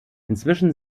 inzwischen